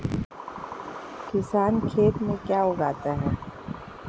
किसान खेत में क्या क्या उगाता है?